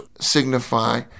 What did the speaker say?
signify